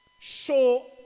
show